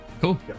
Cool